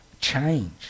change